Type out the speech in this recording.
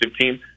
team